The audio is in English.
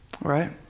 Right